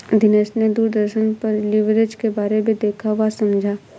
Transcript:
दिनेश ने दूरदर्शन पर लिवरेज के बारे में देखा वह समझा